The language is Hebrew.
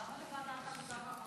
למה ועדת העבודה והרווחה?